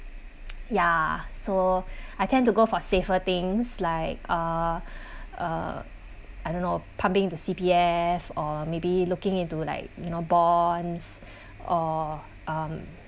ya so I tend to go for safer things like uh uh I don't know pumping into C_P_F or maybe looking into like you know bonds or um